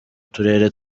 turere